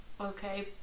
Okay